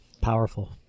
Powerful